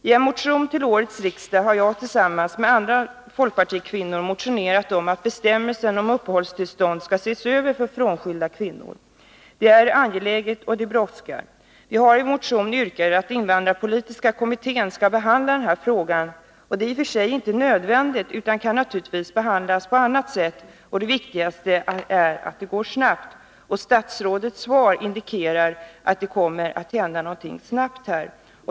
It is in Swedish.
I en motion till årets riksdag har jag tillsammans med andra folkpartikvinnor motionerat om att bestämmelserna för uppehållstillstånd för frånskilda kvinnor skall ses över. Det är angeläget, och det brådskar. Vi har i vår motion yrkat att invandrarpolitiska kommittén skall behandla den här frågan. Det är i och för sig inte nödvändigt, utan den kan naturligtvis behandlas på annat sätt. Det viktigaste är att det går snabbt. Statsrådets svar indikerar att det här kommer att hända någonting snabbt.